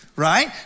right